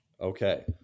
Okay